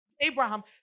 abraham